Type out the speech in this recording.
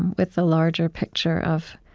with the larger picture of